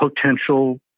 potential